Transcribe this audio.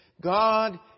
god